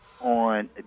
On